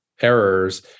errors